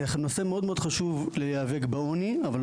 זה נושא מאוד מאוד חשוב להיאבק בעוני,